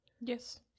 Yes